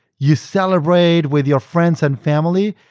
you celebrate with your friends and family,